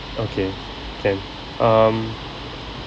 okay can um